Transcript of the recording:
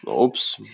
Oops